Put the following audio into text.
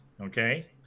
okay